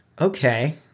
okay